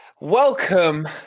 Welcome